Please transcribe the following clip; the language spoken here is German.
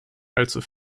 allzu